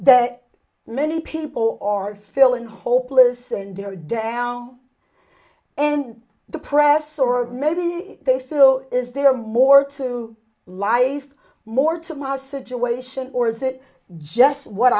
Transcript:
that many people are feeling hopeless and they're down and depressed or maybe they feel is there more to life more to my situation or is it just what